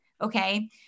okay